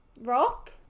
rock